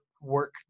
work